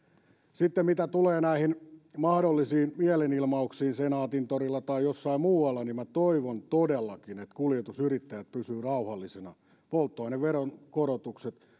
sitten mitä tulee näihin mahdollisiin mielenilmauksiin senaatintorilla tai jossain muualla niin minä toivon todellakin että kuljetusyrittäjät pysyvät rauhallisina polttoaineveron korotukset